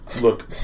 Look